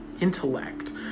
intellect